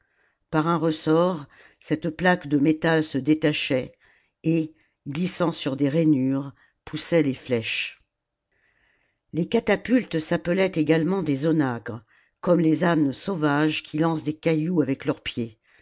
par un ressort cette plaque de métal se détachait et glissant sur des rainures poussait les flèches les catapultes s'appelaient également des onagres comme les ânes sauvages qui lancent des cailloux avec leurs pieds